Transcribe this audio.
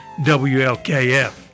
WLKF